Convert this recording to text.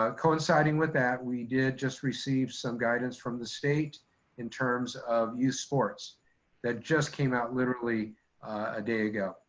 coinciding with that, we did just receive some guidance from the state in terms of youth sports that just came out literally a day ago.